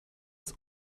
ist